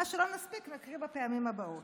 מה שלא נספיק, נקרא בפעמים הבאות.